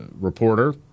reporter